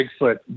Bigfoot